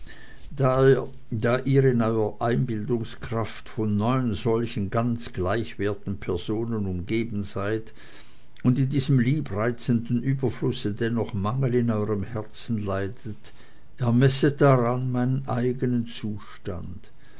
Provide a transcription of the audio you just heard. da ihr in eurer einbildungskraft von neun solchen ganz gleich werten personen umgeben seid und in diesem liebreizenden überflusse dennoch mangel in eurem herzen leidet ermesset darnach meinen eigenen zustand